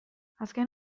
azken